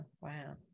wow